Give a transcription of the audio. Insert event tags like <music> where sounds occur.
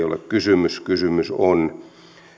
<unintelligible> ole kysymys kysymys on